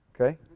okay